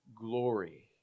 glory